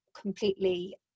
completely